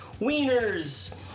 wieners